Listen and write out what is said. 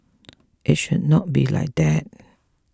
it should not be like that